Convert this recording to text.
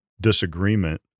disagreement